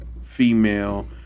Female